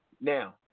Now